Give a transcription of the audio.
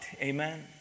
Amen